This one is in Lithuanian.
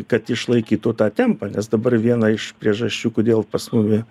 kad išlaikytų tą tempą nes dabar viena iš priežasčių kodėl pas mumi